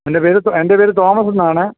എൻ്റെ പേര് തോമസ് എൻ്റെ പേര് തോമസെന്നാണ്